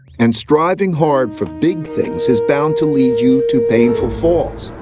and striving hard for big things is bound to lead you to painful falls.